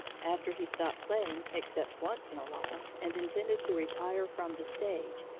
after he stopped playing, except once in a while, and intended to retire from the stage,